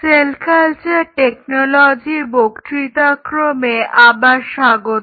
sell culture টেকনোলজির বক্তৃতাক্রমে আবার স্বাগত